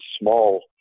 small